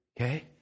Okay